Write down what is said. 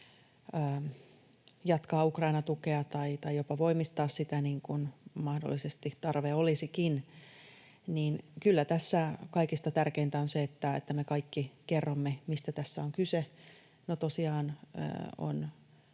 jatkaa Ukrainan tukea tai jopa voimistaa sitä, niin kuin mahdollisesti tarve olisikin: Kyllä tässä kaikista tärkeintä on se, että me kaikki kerromme, mistä tässä on kyse.